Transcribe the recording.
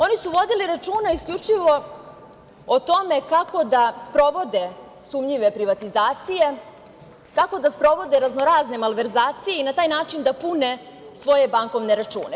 Oni su vodili računa isključivo o tome kako da sprovode sumnjive privatizacije, kako da sprovode raznorazne malverzacije i na taj način da pune svoje bankovne račune.